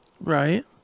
Right